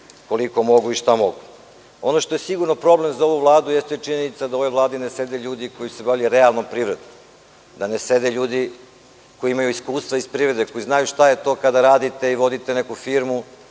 koliko mogu i šta mogu. Ono što je sigurno problem za ovu Vladu je činjenica da u ovoj Vladi ne sede ljudi koji su se bavili realnom privredom, ne sede ljudi koji imaju iskustva iz privrede, koji znaju šta je to kada radite i vodite neku firmu,